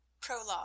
prologue